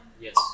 Yes